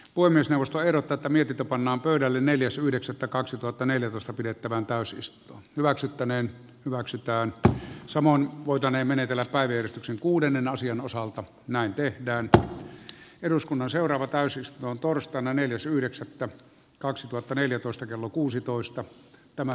voi myös ostaa erot tätä mietitä pannaan pöydälle neljäs yhdeksättä kaksituhattaneljätoista pidettävään täysistunto hyväksyttäneen hyväksytään samoin voitaneen menetellä päivystyksen kuudennen asian osalta mänty ja antaa eduskunnan seuraava täysin se on torstaina neljäs yhdeksättä kaksituhattaneljätoista kello kuusitoista hallintoon vähenee